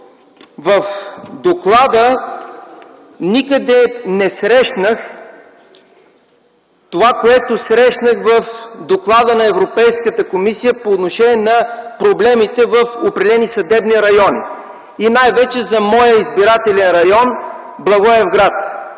в доклада никъде не срещнах това, което срещнах в Доклада на Европейската комисия по отношение на проблемите в определени съдебни райони, и най-вече за моя избирателен район Благоевград.